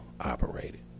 operated